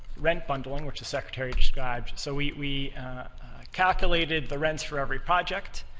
rent bundling, which the secretary described. so we calculated the rents for every project,